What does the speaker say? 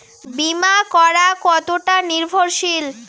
বীমা করা কতোটা নির্ভরশীল?